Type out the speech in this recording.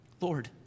Lord